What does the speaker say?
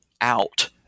out